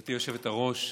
גברתי היושבת-ראש,